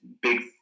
big